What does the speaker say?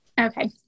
okay